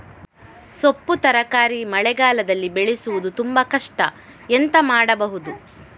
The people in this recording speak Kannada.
ಸೊಪ್ಪು ತರಕಾರಿ ಮಳೆಗಾಲದಲ್ಲಿ ಬೆಳೆಸುವುದು ತುಂಬಾ ಕಷ್ಟ ಎಂತ ಮಾಡಬಹುದು?